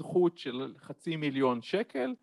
זכות של חצי מיליון שקל